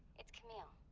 it's camille.